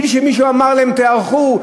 בלי שמישהו אמר להם: תיערכו,